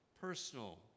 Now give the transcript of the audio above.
personal